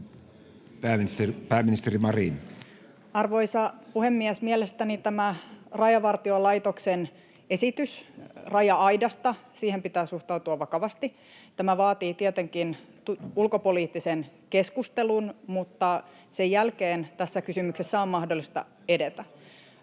Content: Arvoisa puhemies! Mielestäni tähän Rajavartiolaitoksen esitykseen raja-aidasta pitää suhtautua vakavasti. Tämä vaatii tietenkin ulkopoliittisen keskustelun, [Jani Mäkelä: Komitea?] mutta sen jälkeen tässä kysymyksessä on mahdollista edetä.